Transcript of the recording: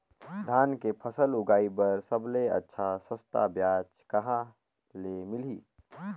धान के फसल उगाई बार सबले अच्छा सस्ता ब्याज कहा ले मिलही?